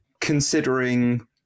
considering